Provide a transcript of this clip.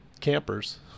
campers